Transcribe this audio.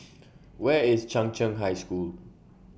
Where IS Chung Cheng High School